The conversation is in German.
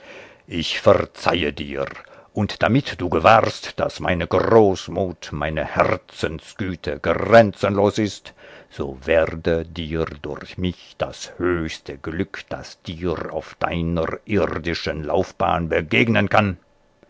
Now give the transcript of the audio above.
ich verzeihe dir und damit du gewahrst daß meine großmut meine herzensgüte grenzenlos ist so werde dir durch mich das höchste glück das dir auf deiner irdischen laufbahn begegnen kann